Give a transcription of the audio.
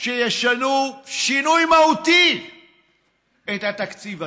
שישנו שינוי מהותי את התקציב הזה.